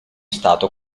stato